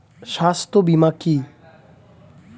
স্বাস্থ্য বীমা কি?